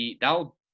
that'll